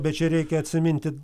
bet čia reikia atsiminti